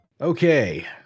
Okay